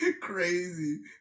Crazy